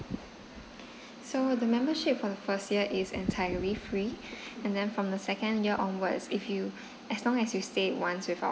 so the membership for first year is entirely free and then from the second year onwards if you as long as you stay once with our